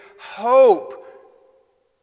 hope